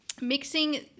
mixing